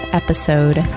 episode